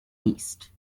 least